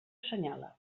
assenyala